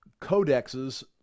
codexes